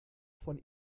von